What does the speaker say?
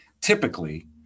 Typically